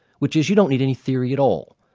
which is, you don't need any theory at all.